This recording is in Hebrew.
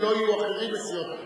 אם לא יהיו אחרים מסיעות אחרים.